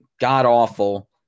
god-awful